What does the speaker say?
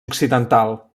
occidental